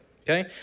Okay